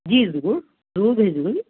جی بالکل ضرور بھیجوں گی